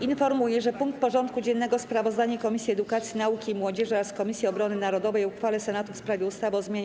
Informuję, że punkt porządku dziennego: Sprawozdanie Komisji Edukacji, Nauki i Młodzieży oraz Komisji Obrony Narodowej o uchwale Senatu w sprawie ustawy o zmianie